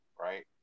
right